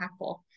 impactful